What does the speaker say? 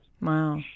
Wow